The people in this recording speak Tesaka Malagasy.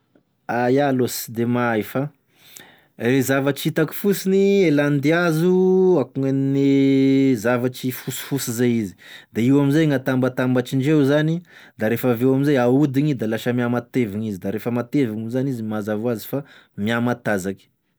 Iaho aloha sy de mahay fa e zavatra hitako fosiny e landihazo akô gnan'ny zavatry fosifosy zay izy, da io amizay gn'atambatambatr'indreo zany da refa aveo amizay ahodigny da lasa mihamatevigny izy da refa matevigny zany izy mazava hoazy fa mihamatanzaky.